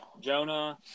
Jonah